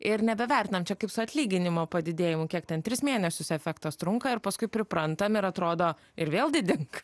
ir nebevertinam čia kaip su atlyginimo padidėjimu kiek ten tris mėnesius efektas trunka ir paskui priprantam ir atrodo ir vėl didink